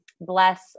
bless